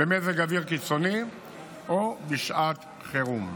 במזג אוויר קיצוני או בשעת חירום.